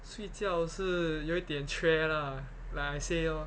睡觉是有一点缺 lah like I say orh